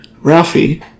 Ralphie